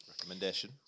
Recommendation